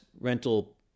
rental